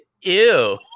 ew